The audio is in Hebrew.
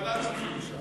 ועדת כספים.